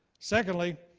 secondly,